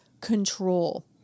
control